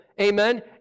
amen